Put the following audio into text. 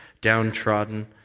downtrodden